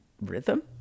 rhythm